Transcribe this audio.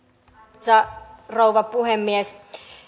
arvoisa rouva puhemies